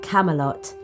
Camelot